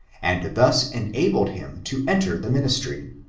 and thus enabled him to enter the ministry.